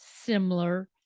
similar